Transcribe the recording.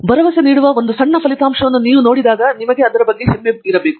ಭರವಸೆ ನೀಡುವ ಒಂದು ಸಣ್ಣ ಫಲಿತಾಂಶವನ್ನು ನಾವು ನೋಡಿದಾಗ ಮತ್ತು ಅದರ ಬಗ್ಗೆ ಹೆಮ್ಮೆಯಿದೆ